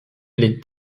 les